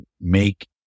make